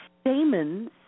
stamens